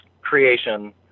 creation